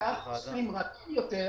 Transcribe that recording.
אנחנו מדברים פה